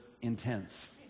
Intense